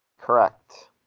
Correct